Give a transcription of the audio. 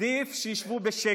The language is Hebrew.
עדיף שישבו בשקט.